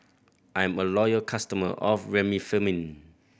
I'm a loyal customer of Remifemin